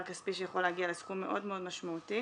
כספי שיכול להגיע לסכום מאוד מאוד משמעותי.